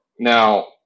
Now